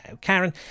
Karen